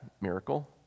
miracle